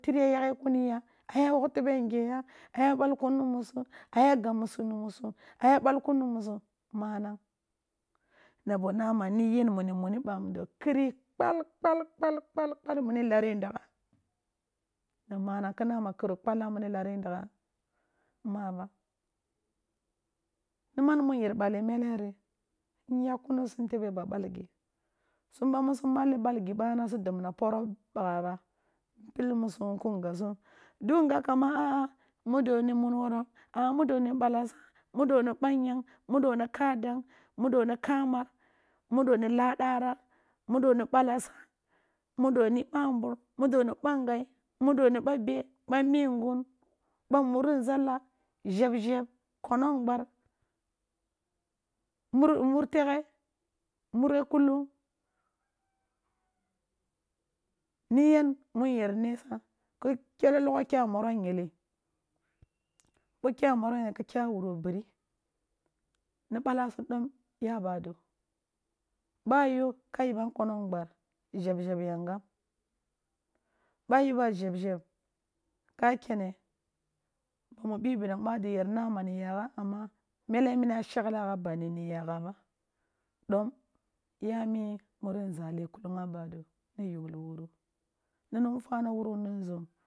Tiriya yakhe kuniya a ya wogh tebe ngeya aya balk un ni musu, a ya gab musu ni musu, a ya balk un ni musu, manang, na bo nama niyen wuni muni bamudo kiri kpal-kpal-kpal-kpal wani kre ndagha na manag ki na ma kiro kpalla wuni lare ndagha ma ba niman mu nyer balle meleri nyakh kunusim tebe ba balhi sum bamu su mmalli balgi bana si dobna poro pakha bra ba npilli musuwan kun gabsum dun gab kama a a mud oni mun warom, a mud oni mun balasa, mud oni banyan mud oni kada, mud oni kamar, mud oni la uaragh, mud oni kamar, udo ni bambar mud oni bangai, mud oni ba be ba mingun, ba murinzala gheb zhebe, konong bar mur- mur teghe mure kuhrng nigen mu nyer ne sa ki k kle logho kya morogh nyili bo kya morogh yili ki kya wuro biri ni balasum do mya bado, bay o ka yeba nkono ng gbar, zhebgheb yangam, boa yeboa zhebzbeb ka kene gimu bibinang bado ga na ma ni yagha ba mele mini a shaghla gha banni ni yagha ba don ya mi muri nzale kulung a ba do na yughti wuri nong wan tani wuru ni nzum.